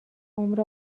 عمر